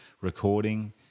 recording